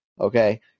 Okay